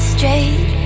Straight